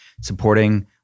supporting